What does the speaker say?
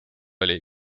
oli